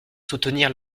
soutenir